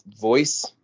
voice